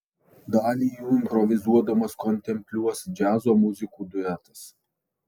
dalį jų improvizuodamas kontempliuos džiazo muzikų duetas